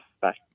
Bye